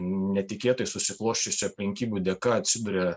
netikėtai susiklosčiusių aplinkybių dėka atsiduria